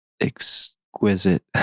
exquisite